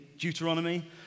Deuteronomy